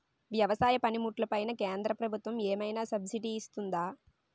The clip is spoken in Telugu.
వ్యవసాయ పనిముట్లు పైన కేంద్రప్రభుత్వం ఏమైనా సబ్సిడీ ఇస్తుందా?